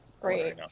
Great